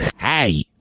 hey